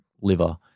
liver